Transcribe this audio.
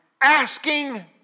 asking